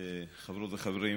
חברות וחברים,